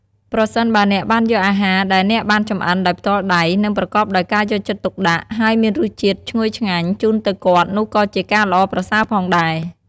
ប្រសិនបើអ្នកបានយកអាហារដែលអ្នកបានចម្អិនដោយផ្ទាល់ដៃ និងប្រកបដោយការយកចិត្តទុកដាក់ ហើយមានរស់ជាតិឈ្ងុយឆ្ងាញ់ជូនទៅគាត់នោះក៏ជាការល្អប្រសើរផងដែរ។